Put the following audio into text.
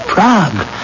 Prague